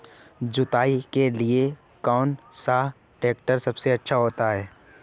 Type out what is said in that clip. जुताई के लिए कौन सा ट्रैक्टर सबसे अच्छा होता है?